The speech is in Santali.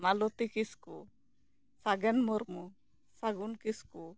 ᱢᱟᱞᱚᱛᱤ ᱠᱤᱥᱠᱩ ᱥᱟᱜᱮᱱ ᱢᱩᱨᱢᱩ ᱥᱟᱹᱜᱩᱱ ᱠᱤᱥᱠᱩ